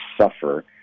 suffer